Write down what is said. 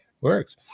works